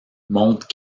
montre